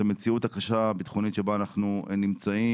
את המציאות הקשה הביטחונית שבה אנחנו נמצאים.